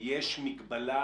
האם יש מגבלה,